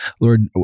Lord